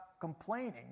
complaining